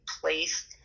place